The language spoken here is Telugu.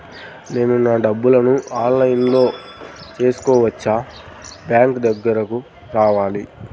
నేను నా డబ్బులను ఆన్లైన్లో చేసుకోవచ్చా? బ్యాంక్ దగ్గరకు రావాలా?